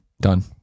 done